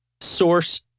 Source